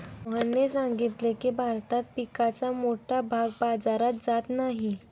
मोहनने सांगितले की, भारतात पिकाचा मोठा भाग बाजारात जात नाही